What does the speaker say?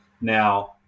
Now